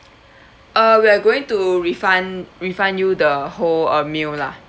uh we are going to refund refund you the whole uh meal lah